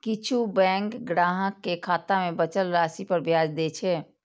किछु बैंक ग्राहक कें खाता मे बचल राशि पर ब्याज दै छै